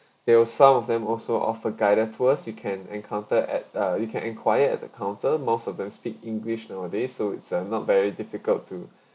there were some of them also offer guided tours you can encounter at uh you can enquire at the counter most of them speak english nowadays so it's uh not very difficult to